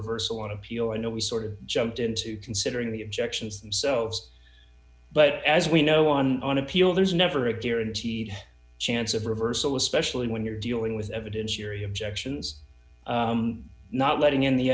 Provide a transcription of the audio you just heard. reversal on appeal i know we sort of jumped into considering the objections themselves but as we know on on appeal there's never a guaranteed chance of reversal especially when you're dealing with evidence yuri objections not letting in the